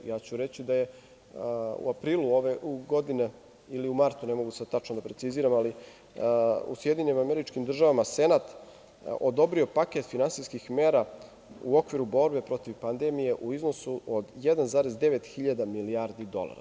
Ja ću reći da je u aprilu ove godine ili u martu, ne mogu sad tačno da preciziram, u SAD Senat odobrio paket finansijskih mera u okviru borbe protiv pandemije u iznosu od 1,9 hiljada milijardi dolara.